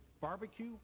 barbecue